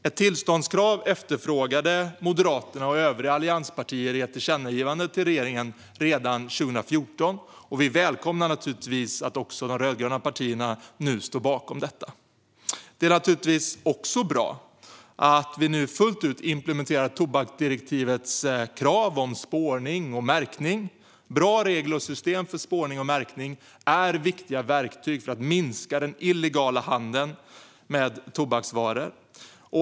Ett tillståndskrav efterfrågade Moderaterna och övriga allianspartier i ett tillkännagivande till regeringen redan 2014, och vi välkomnar naturligtvis att även de rödgröna partierna nu står bakom detta. Det är naturligtvis också bra att vi nu fullt ut implementerar tobaksdirektivets krav om spårning och märkning. Bra regler och system för spårning och märkning är viktiga verktyg för att minska den illegala handeln med tobaksvaror.